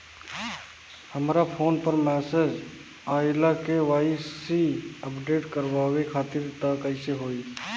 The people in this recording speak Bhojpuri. हमरा फोन पर मैसेज आइलह के.वाइ.सी अपडेट करवावे खातिर त कइसे होई?